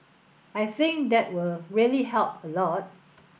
I think that will really help a lot